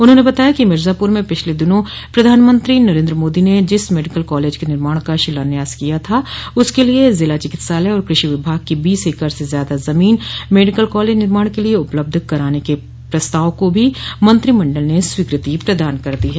उन्होंने बताया कि मिर्जापुर में पिछले दिनों प्रधानमंत्री नरेन्द्र मोदी ने जिस मेडिकल कॉलेज के निर्माण का शिलान्यास किया था उसके लिए जिला चिकित्सालय और कृषि विभाग की बीस एकड़ से ज्यादा जमीन मेडिकल कॉलेज निर्माण के लिए उपलब्ध कराने के प्रस्ताव को भी मंत्रिमंडल ने स्वीकृति प्रदान कर दी है